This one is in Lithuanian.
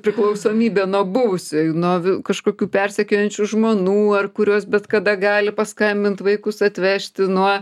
priklausomybė nuo buvusiųjų nuo kažkokių persekiojančių žmonų ar kurios bet kada gali paskambint vaikus atvežti nuo